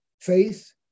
Faith